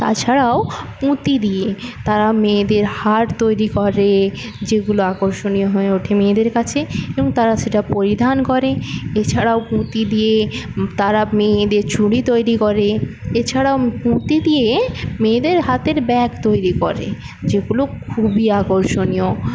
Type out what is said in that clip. তাছাড়াও পুঁতি দিয়ে তারা মেয়েদের হার তৈরি করে যেগুলো আকর্ষণীয় হয়ে ওঠে মেয়েদের কাছে এবং তারা সেটা পরিধান করে এছাড়াও পুঁতি দিয়ে তারা মেয়েদের চুরি তৈরি করে এছাড়াও পুঁতি দিয়ে মেয়েদের হাতের ব্যাগ তৈরি করে যেগুলো খুবই আকর্ষণীয়